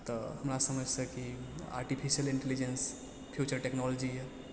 तऽ हमरा समझसँ की आर्टिफिशियल इंटेलिजेंस फ्यूचर टेक्नोलॉजी यऽ